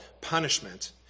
punishment